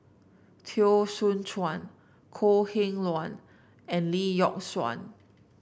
Teo Soon Chuan Kok Heng Leun and Lee Yock Suan